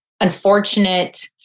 unfortunate